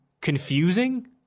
confusing